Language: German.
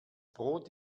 brot